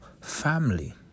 family